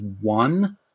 one